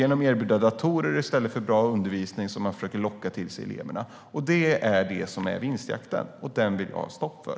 Genom att erbjuda datorer i stället för bra undervisning försöker man locka till sig elever. Det är det som är vinstjakten, och den vill jag ha stopp för.